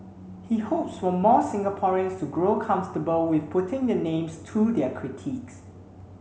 he hopes for more Singaporeans to grow comfortable with putting their names to their critiques